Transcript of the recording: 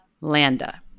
Landa